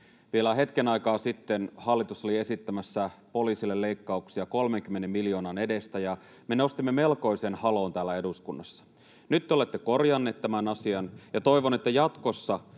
Vielä hetken aikaa sitten hallitus oli esittämässä poliisille leikkauksia 30 miljoonan edestä, ja me nostimme melkoisen haloon täällä eduskunnassa. Nyt te olette korjanneet tämän asian, ja toivon, että jatkossa,